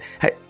hey